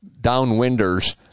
downwinders